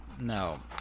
No